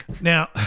Now